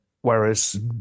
Whereas